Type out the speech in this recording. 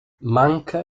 manca